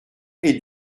est